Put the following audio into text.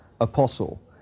apostle